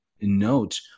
note